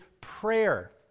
prayer